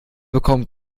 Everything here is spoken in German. bekommen